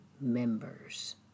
members